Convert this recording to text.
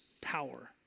power